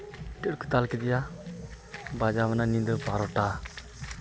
ᱟᱹᱰᱤ ᱟᱸᱴ ᱠᱚ ᱫᱟᱞ ᱠᱮᱫᱮᱭᱟ ᱵᱟᱡᱟᱣ ᱮᱱᱟ ᱧᱤᱫᱟᱹ ᱵᱟᱨᱚᱴᱟ